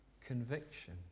conviction